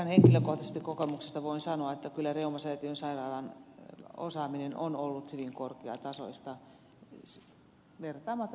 ihan henkilökohtaisesta kokemuksesta voin sanoa että kyllä reumasäätiön sairaalan osaaminen on ollut hyvin korkeatasoista vertaamatta sitä muihin